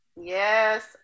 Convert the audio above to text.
Yes